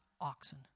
oxen